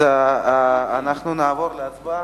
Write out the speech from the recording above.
אנחנו נעבור להצבעה.